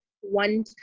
one